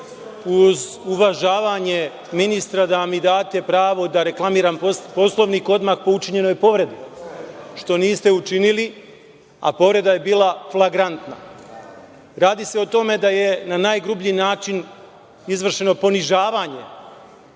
uz uvažavanje ministra da mi date pravo da reklamiram Poslovnik odmah po učinjenoj povredi, što niste učinili, a povreda je bila flagrantna. Radi se o tome da je na najgrublji način izvršeno ponižavanje